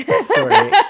Sorry